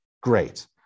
Great